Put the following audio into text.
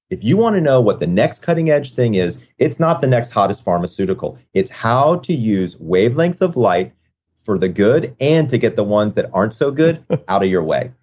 if you want to know what the next cutting edge thing is, it's not the next hottest pharmaceutical. it's how to use wavelengths of light for the good, and to get the ones that aren't so good out of your way,